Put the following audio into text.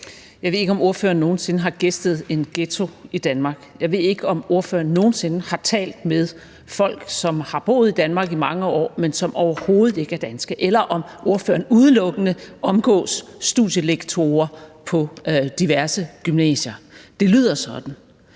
Jeg ved ikke, om spørgeren nogen sinde har gæstet en ghetto i Danmark. Jeg ved ikke, om spørgeren nogen sinde har talt med folk, som har boet i Danmark i mange år, men som overhovedet ikke er danske – eller om han udelukkende omgås studielektorer på diverse gymnasier. Det lyder sådan.